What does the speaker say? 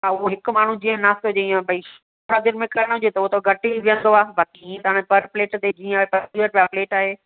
हा उहो हिकु माण्हू जीअं नाश्ते में भई शादीयुनि में करिणो हुजे त उहो घटि ई वेहंदो आहे बाक़ी हीअं तव्हां खे पर प्लेट ते टीह रुपया टीह रुपया प्लेट आहे